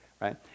right